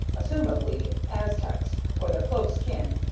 presumably aztecs or their close kin,